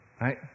right